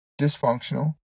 dysfunctional